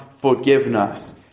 forgiveness